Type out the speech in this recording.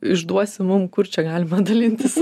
išduosi mum kur čia galima dalintis